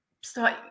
start